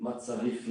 מה צריך להיות.